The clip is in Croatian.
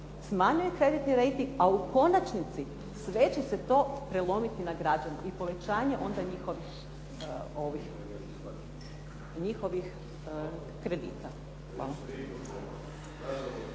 smanjuje kreditni rejting, a u konačnici sve će se to prelomiti i na građanima. I povećanje njihovih kredita.